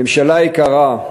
ממשלה יקרה,